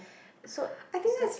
so it's like